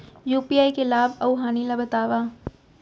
UPI के लाभ अऊ हानि ला बतावव